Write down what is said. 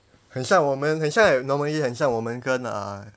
很像我们很像 normally 很像我们跟 uh